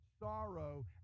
sorrow